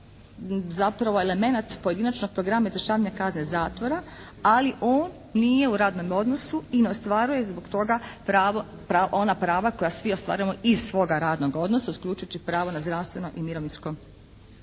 zapravo elemenat pojedinačnog programa izvršavanja kazne zatvora ali on nije u radnom odnosu i ne ostvaruje zbog toga ona prava koja svi ostvarujemo iz svog radnog odnosa uključujući pravo na zdravstveno i mirovinsko